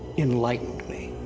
enlightened me.